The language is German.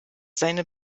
seine